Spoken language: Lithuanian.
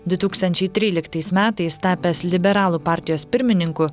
du tūkstančiai tryliktais metais tapęs liberalų partijos pirmininku